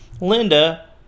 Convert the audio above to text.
Linda